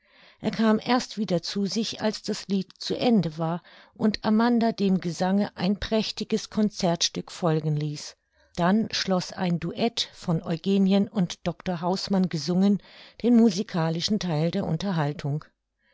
er kam erst wieder zu sich als das lied zu ende war und amanda dem gesange ein prächtiges concertstück folgen ließ dann schloß ein duett von eugenien und dr hausmann gesungen den musikalischen theil der unterhaltung